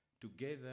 together